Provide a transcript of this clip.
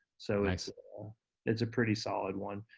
so it's it's a pretty solid one.